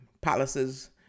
palaces